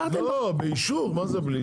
לא, באישור מה זה בלי?